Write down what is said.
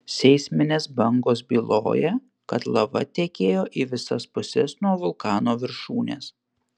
seisminės bangos byloja kad lava tekėjo į visas puses nuo vulkano viršūnės